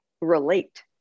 relate